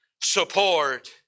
support